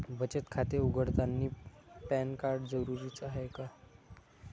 बचत खाते उघडतानी पॅन कार्ड जरुरीच हाय का?